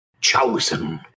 chosen